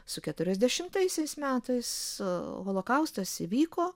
su keturiasdešimtaisiais metais holokaustas įvyko